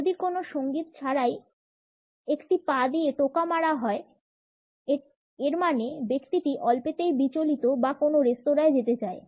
যদি কোনো সঙ্গীত ছাড়াই একটি পা দিয়ে টোকা মারা হয় এর মানে ব্যক্তিটি অল্পেতেই বিচলিত বা কোনো রেঁস্তোরায় যেতে চায়